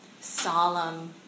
solemn